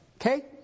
Okay